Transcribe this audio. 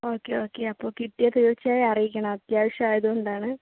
okay okay അപ്പം കിട്ടിയാൽ തീർച്ചയായും അറിയിക്കണം അത്യാവശ്യമായത് കൊണ്ടാണ്